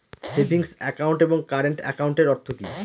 Savings account এবং current একাউন্টের অর্থ কি?